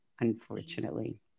unfortunately